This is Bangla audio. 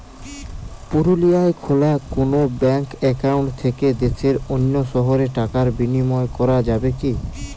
পুরুলিয়ায় খোলা কোনো ব্যাঙ্ক অ্যাকাউন্ট থেকে দেশের অন্য শহরে টাকার বিনিময় করা যাবে কি?